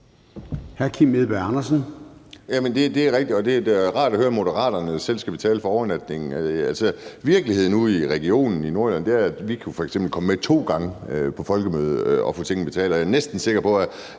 det er da rart at høre, at Moderaterne selv skal betale for overnatningen. Virkeligheden ude i Region Nordjylland er, at vi f.eks. kan komme to gange med på Folkemødet og få tingene betalt,